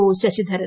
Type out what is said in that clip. O Sasidharan